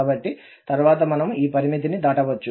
కాబట్టి తరువాత మనము ఈ పరిమితిని దాటవచ్చు